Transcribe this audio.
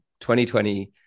2020